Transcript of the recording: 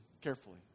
carefully